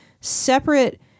separate